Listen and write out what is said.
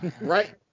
Right